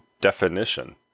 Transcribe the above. definition